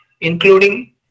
including